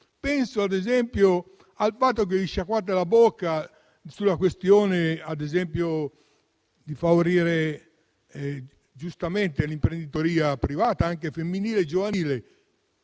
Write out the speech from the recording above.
Penso ad esempio al fatto che vi sciacquate la bocca con la questione di favorire, giustamente, l'imprenditoria privata, anche femminile e giovanile.